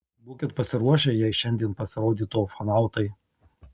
būkit pasiruošę jei šiandien pasirodytų ufonautai